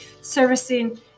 servicing